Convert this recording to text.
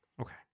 Okay